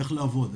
איך לעבוד.